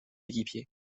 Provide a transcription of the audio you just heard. équipes